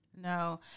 No